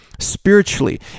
spiritually